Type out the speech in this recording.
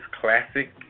classic